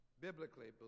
Biblically